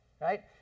Right